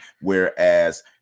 whereas